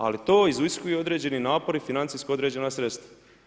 Ali to iziskuje određeni napor i financijski određena sredstva.